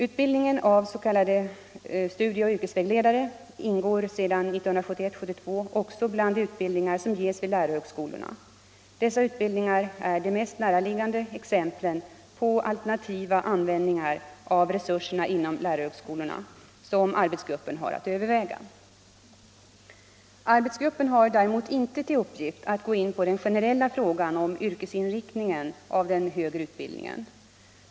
Utbildningen av s.k. studieoch yrkesvägledare ingår sedan 1971/72 också bland de utbildningar som ges vid lärarhögskolorna. Dessa utbildningar är de mest närliggande inom exemplen på alternativa användningar av resurserna inom lärarhögskolorna, som arbetsgruppen har att äverväga. Arbetsgruppen har däremot inte till uppgift att gå in på den generella frågan om yrkesinriktningen av den högre utbildningen.